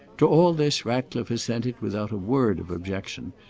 to all this ratcliffe assented without a word of objection,